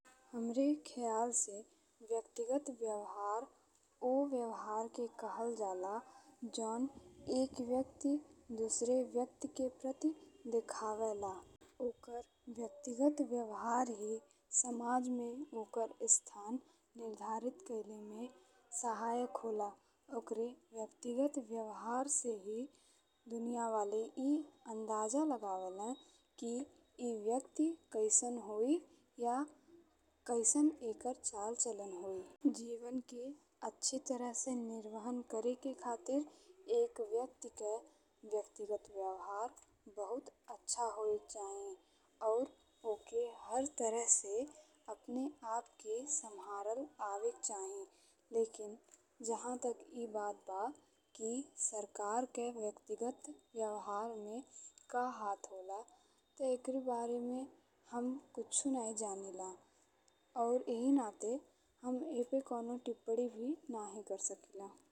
हमरे ख्याल से व्यक्तिगत व्यवहार ऊ व्यवहार के कहल जाला जौन एक व्यक्ति दुसरे व्यक्ति के प्रति देखावेला। ओकर व्यक्तिगत व्यवहार ही समाज में ओकर स्थान निर्धारित कइले में सहायक होला। ओकरे व्यक्तिगत व्यवहार से ही दुनिया वाले ए अंदाजा लगावेला कि ए व्यक्ति कइसन होई या कइसन एकर चल चलन होई। जीवन के अच्छी तरह से निर्वाहन करेके खातिर एक व्यक्ति के व्यक्तिगत व्यवहार बहुत अच्छा होयेक चाही। और ओके हर तरह से अपने आप के संभारल आवेक चाही लेकिन जहाँ तक ए बात बा कि सरकार के व्यक्तिगत व्यवहार में का हाथ होला ते एकरे बारे में हम कच्छु नहीं जानिला और यही नाते हम ए पे कवनो टिप्पणी भी नहीं कर सकिला।